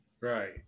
Right